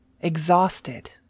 Exhausted